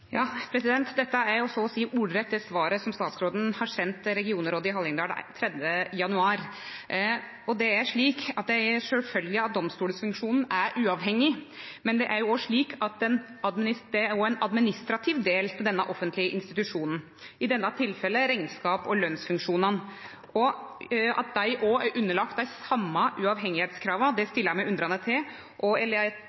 Dette er så å seie ordrett det svaret som statsråden sende regionrådet i Hallingdal 3. januar. Det er sjølvsagt slik at domstolsfunksjonen er uavhengig, men det er òg ein administrativ del av denne offentlege institusjonen, i dette tilfellet rekneskaps- og lønsfunksjonane. At dei òg er underlagde dei same krava til uavhengigheit, stiller eg meg undrande til. Det